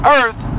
earth